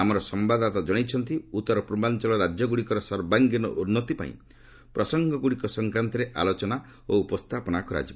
ଆମର ସମ୍ଘାଦଦାତା ଜଣାଇଛନ୍ତି ଉତ୍ତର ପୂର୍ବାଞ୍ଚଳ ରାକ୍ୟଗୁଡିକର ସର୍ବାଙ୍ଗୀନ ଉନ୍ନତି ପାଇଁ ପ୍ରସଙ୍ଗଗୁଡିକ ସଂକ୍ରାନ୍ତରେ ଆଲୋଚନା ଓ ଉପସ୍ଥାପନ କରାଯିବ